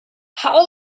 how